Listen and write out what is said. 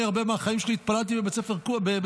הרבה מהחיים שלי התפללתי בבית כנסת כורדי.